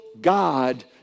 God